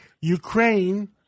Ukraine